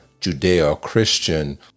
Judeo-Christian